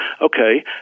okay